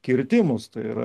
kirtimus tai yra